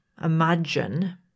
imagine